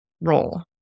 role